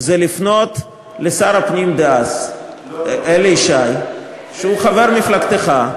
זה לפנות לשר הפנים דאז אלי ישי, שהוא חבר מפלגתך.